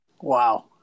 Wow